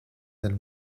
del